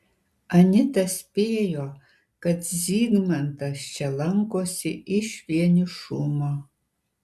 anita spėjo kad zygmantas čia lankosi iš vienišumo